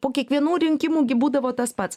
po kiekvienų rinkimų gi būdavo tas pats